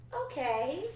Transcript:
okay